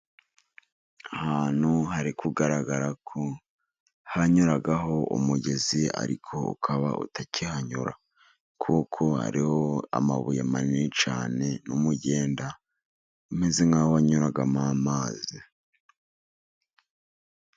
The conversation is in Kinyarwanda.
Ahantu hari kugaragara ko hanyuragaho umugezi ,ariko ukaba utakihanyura, kuko hariho amabuye manini cyane, n'umugenda umeze nkaho wanyuragamo amazi.